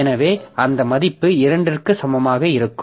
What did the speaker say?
எனவே இந்த மதிப்பு 2 க்கு சமமாக இருக்கும்